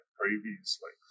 previously